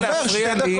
אם תמשיך להפריע לי,